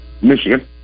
Michigan